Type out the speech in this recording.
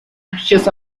anxious